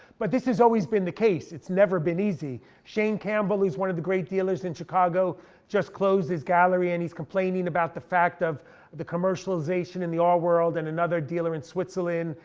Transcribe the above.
but this has always been the case, it's never been easy. shane campbell, who's one of the great dealers in chicago just closed his gallery, and he's complaining about the fact of the commercialization in the art world, and another dealer in switzerland.